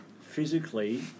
physically